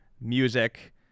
Music